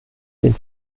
den